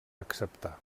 acceptar